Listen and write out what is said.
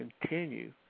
continue